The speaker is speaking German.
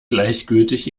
gleichgültig